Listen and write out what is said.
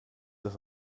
das